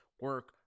Work